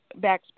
Backspace